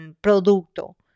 producto